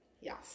Yes